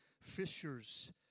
fishers